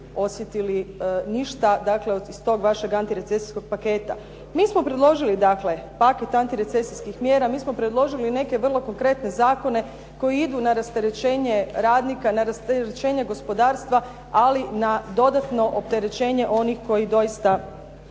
osjetili ništa, dakle, iz tog vašeg antirecesijskog paketa. Mi smo predložili dakle paket antirecesijskih mjera, mi smo predložili neke vrlo konkretne zakone koji idu na rasterećenje radnika, na rasterećenje gospodarstva, ali na dodatno opterećenje onih koji doista